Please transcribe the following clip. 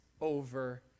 over